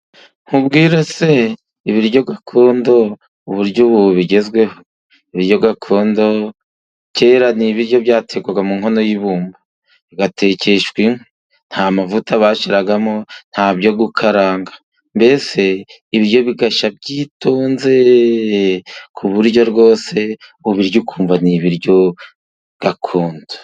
Nkubwire se ibiryo gakondo uburyo ubu bigezweho, ibiryo gakondo kera ni ibiryo byatekwaga mu nkono y'ibumba, bigatekeshwa inkwi nta mavuta bashyiragamo, ntabyo gukaranga mbese ibiryo bigashya byitonze, ku buryo rwose ubirya ukumva ni ibiryo gakondo.